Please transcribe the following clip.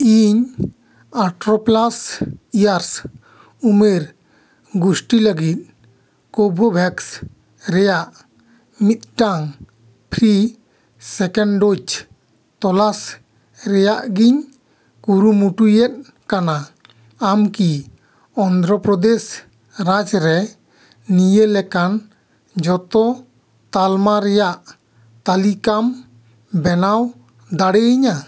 ᱤᱧ ᱟᱴᱷᱨᱚ plus years ᱩᱢᱮᱨ ᱜᱩᱥᱴᱤ ᱞᱟᱹᱜᱤᱫ ᱠᱳᱵᱷᱳᱵᱷᱮᱥ ᱨᱮᱱᱟᱜ ᱢᱤᱫᱴᱟᱝ ᱯᱷᱨᱤ ᱥᱮᱠᱮᱱᱰ ᱰᱳᱡᱽ ᱛᱚᱞᱟᱥ ᱨᱮᱱᱟᱜ ᱜᱮᱧ ᱠᱩᱨᱩᱢᱩᱴᱩᱭᱮᱫ ᱠᱟᱱᱟ ᱟᱢᱠᱤ ᱚᱱᱫᱷᱨᱚ ᱯᱨᱚᱫᱮᱥ ᱨᱟᱡᱽ ᱨᱮ ᱱᱤᱭᱟᱹ ᱞᱮᱠᱟᱱ ᱡᱷᱚᱛᱚ ᱛᱟᱞᱢᱟ ᱨᱮᱱᱟᱜ ᱛᱟᱞᱤᱠᱟᱢ ᱵᱮᱱᱟᱣ ᱫᱟᱲᱮᱭᱟᱹᱧᱟᱹ